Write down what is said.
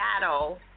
battle